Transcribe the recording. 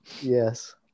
yes